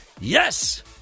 Yes